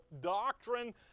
doctrine